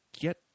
get